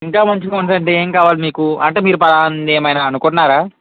ఇంకా మంచిగుందండి ఏం కావాలి మీకు అంటే మీరు ఫలానాది ఏమైనా అనుకున్నారా